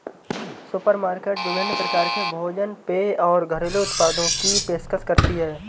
supermarket विभिन्न प्रकार के भोजन पेय और घरेलू उत्पादों की पेशकश करती है